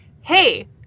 hey